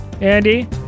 Andy